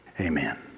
Amen